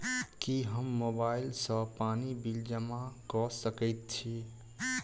की हम मोबाइल सँ पानि बिल जमा कऽ सकैत छी?